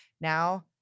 now